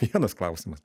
vienas klausimas